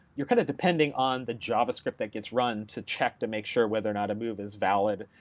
you're kind of depending on the javascript that gets run to check to make sure whether not a move is valid,